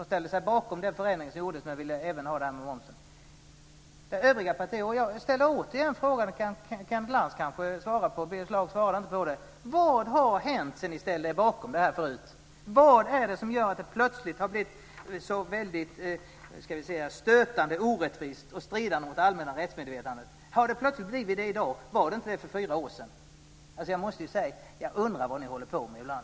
De ställde sig bakom den förändring som gjordes men ville även ta med momsen. Jag ställer frågan återigen. Den kan kanske Kenneth Lantz svara på. Birger Schlaug svarade inte på den. Vad har hänt sedan ni ställde er bakom detta förut? Vad är det som gör att det plötsligt har blivit så väldigt stötande, orättvist och stridande mot det allmänna rättsmedvetandet? Har det plötslig blivit så i dag? Var det inte det för fyra år sedan? Jag måste säga att jag ibland undrar vad ni håller på med.